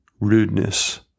rudeness